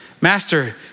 Master